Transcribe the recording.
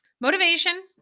Motivation